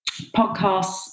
podcasts